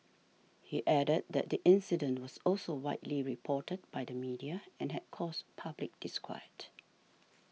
he added that the incident was also widely reported by the media and had caused public disquiet